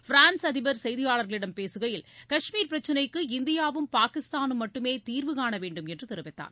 France அதிபர் செய்தியாளர்களிடம் பேசுகையில் கஷ்மீர் பிரச்னைக்கு இந்தியாவும் பாகிஸ்தானும் மட்டுமே தீர்வு காண வேண்டும் என்று தெரிவித்தார்